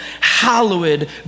hallowed